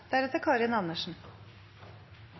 Representanten Karin Andersen